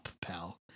pal